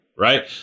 Right